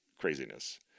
craziness